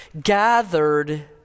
gathered